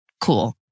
cool